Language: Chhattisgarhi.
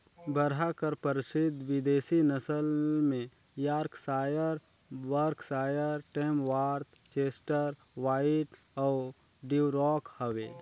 बरहा कर परसिद्ध बिदेसी नसल में Yorkshire, Berkshire, Tamworth, Chester White अउ ड्यूरॉक हवे